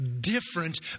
different